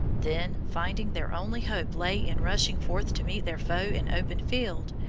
then, finding their only hope lay in rushing forth to meet their foe in open field,